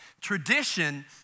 Tradition